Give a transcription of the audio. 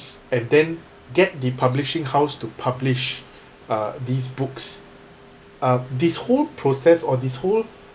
and then get the publishing house to publish uh these books uh this whole process or this whole